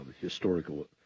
historical